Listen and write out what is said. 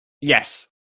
yes